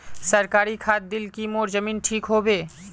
सरकारी खाद दिल की मोर जमीन ठीक होबे?